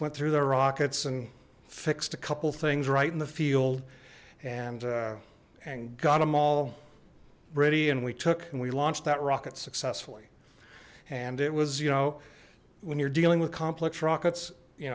went through their rockets and fixed a couple things right in the field and and got them all ready and we took and we launched that rocket successfully and it was you know when you're dealing with complex rockets you